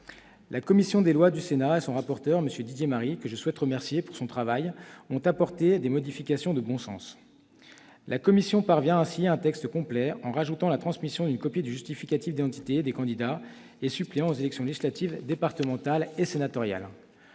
La commission des lois du Sénat et son rapporteur M. Didier Marie, que je souhaite remercier pour son travail, ont apporté des modifications de bon sens. La commission parvient ainsi à un texte complet, en ajoutant la transmission d'une copie du justificatif d'identité des candidats et suppléants aux élections législatives, départementales et sénatoriales.